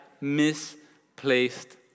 misplaced